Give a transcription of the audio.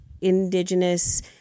Indigenous